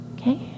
Okay